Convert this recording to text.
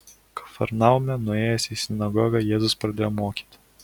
kafarnaume nuėjęs į sinagogą jėzus pradėjo mokyti